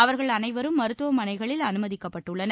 அவர்கள் அனைவரும் மருத்துவமனைகளில் அனுமதிக்கப்பட்டனர்